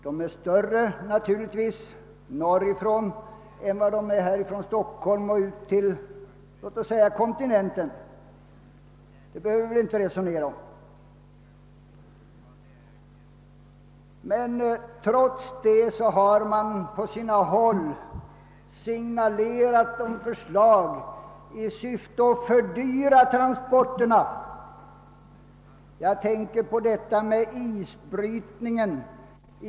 Kostnaderna är naturligtvis större när det gäller transporter norrifrån än exempelvis härifrån Stockholm och till kontinenten — det behöver vi inte resonera om. Men trots detta har man på sina håll signale rat förslag i syfte att fördyra transporterna. Jag tänker på detta med isbrytningen.